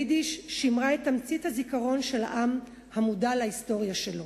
היידיש שימרה את תמצית הזיכרון של העם המודע להיסטוריה שלו,